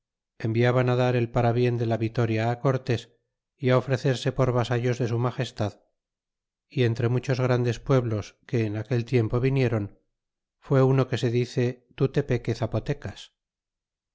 el suelo enviaban dar el parabien de la vitoria á cortés y á ofrecerse por vasallos de su agestad y entre muchos grandes pueblos que en aquel tiempo viniéron fié uno que se dice tutepeque zapotecas